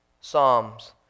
Psalms